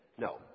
No